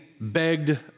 begged